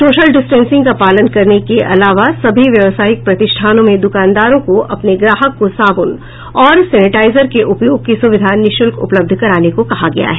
social distance का पालन करने के अलावा सभी व्यवसायिक प्रतिष्ठानों में दुकानदारों को अपने ग्राहकों को साबुन और सैनिटाइजर के उपयोग की सुविधा निःशुल्क उपलब्ध कराने को कहा गया है